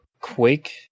Quake